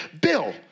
bill